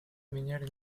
miniere